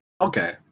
Okay